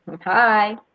Hi